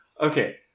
Okay